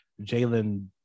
Jalen